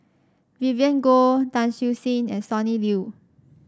Vivien Goh Tan Siew Sin and Sonny Liew